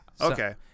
okay